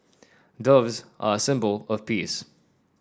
doves are a symbol of peace